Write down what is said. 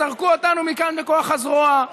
זרקו אותנו מכאן בחוק הזרוע,